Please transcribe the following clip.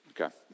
Okay